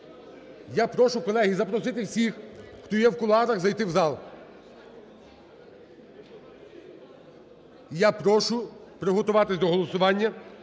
Я прошу, колеги, запросити всіх, хто є в кулуарах, зайти в зал. Я прошу приготуватися до голосування,